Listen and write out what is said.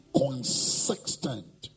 consistent